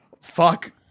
Fuck